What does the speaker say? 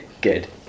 Good